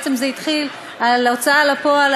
בעצם זה התחיל על הוצאה לפועל,